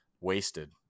wasted